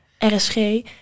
RSG